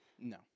No